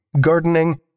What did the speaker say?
gardening